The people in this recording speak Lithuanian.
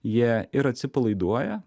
jie ir atsipalaiduoja